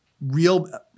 real